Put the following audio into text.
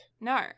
No